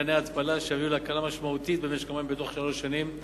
מתקני ההתפלה אשר יביאו להקלה משמעותית במשק המים בתוך שלוש שנים.